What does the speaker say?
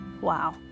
Wow